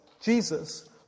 Jesus